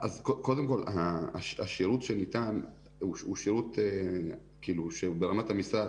השירות שניתן ברמת המשרד,